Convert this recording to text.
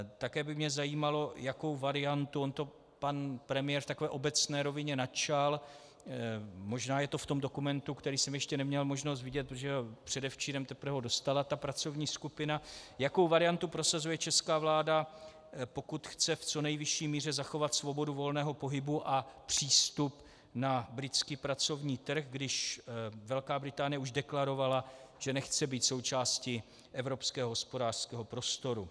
Také by mě zajímalo, jakou variantu on to pan premiér v takové obecné rovině načal, možná je to v tom dokumentu, který jsem ještě neměl možnost vidět, protože ho teprve předevčírem dostala ta pracovní skupina jakou variantu prosazuje česká vláda, pokud chce v co nejvyšší míře zachovat svobodu volného pohybu a přístup na britský pracovní trh, když Velká Británie už deklarovala, že nechce být součástí Evropského hospodářského prostoru.